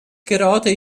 gerade